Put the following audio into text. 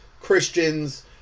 Christians